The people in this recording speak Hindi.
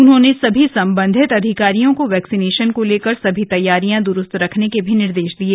उन्होंने सभी संबंधित अधिकारियों को वक्क्सीनेशन को लेकर सभी तब्वारियां दुरुस्त रखने के निर्देश दिये